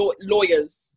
lawyers